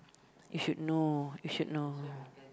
if you'd know if you'd know